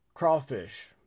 Crawfish